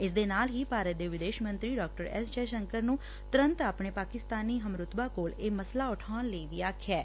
ਇਸ ਦੇ ਨਾਲ ਹੀ ਭਾਰਤ ਦੇ ਵਿਦੇਸ਼ ਮੰਤਰੀ ਡਾ ਐਸ ਜੈਸ਼ੰਕਰ ਨੂੰ ਤੁਰੰਤ ਆਪਣੇ ਪਾਕਿਸਤਾਨੀ ਹਮ ਰੁਤਬਾ ਕੋਲ ਇਹ ਮਸਲਾ ਉਠਾਉਣ ਲਈ ਆਖਿਐ